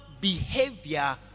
behavior